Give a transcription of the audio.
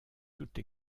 toute